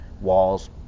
walls